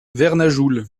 vernajoul